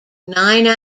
nine